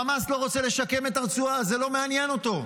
חמאס לא רוצה לשקם את הרצועה, זה לא מעניין אותו.